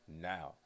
now